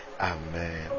amen